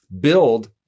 build